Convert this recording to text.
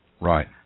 right